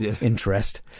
interest